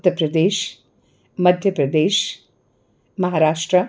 Uttar Pradesh Madhya Pradesh Maharashtra